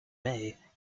may